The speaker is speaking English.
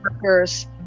workers